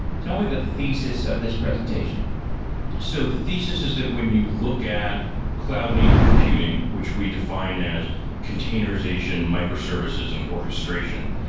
tell me the thesis of this presentation so the thesis is that when you look at cloud native computing, which we define as containerization microservices and orchestration,